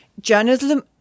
journalism